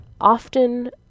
often